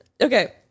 Okay